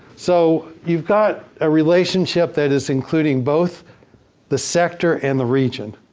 so, you've got a relationship that is including both the sector and the region.